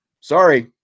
sorry